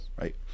right